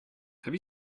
have